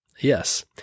Yes